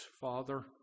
Father